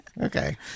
okay